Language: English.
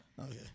Okay